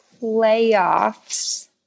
playoffs